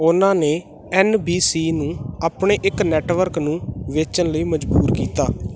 ਉਹਨਾਂ ਨੇ N B C ਨੂੰ ਆਪਣੇ ਇੱਕ ਨੈੱਟਵਰਕ ਨੂੰ ਵੇਚਣ ਲਈ ਮਜ਼ਬੂਰ ਕੀਤਾ